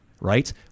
right